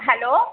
hello